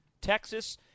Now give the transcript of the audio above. Texas